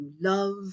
love